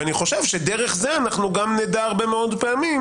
דרך זה נדע הרבה מאוד פעמים